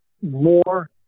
more